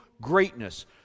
greatness